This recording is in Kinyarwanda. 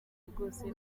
rwose